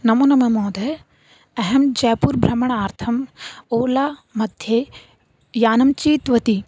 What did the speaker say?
नमो नमः महोदय अहं जयपुरभ्रमणार्थम् ओलामध्ये यानञ्चितवती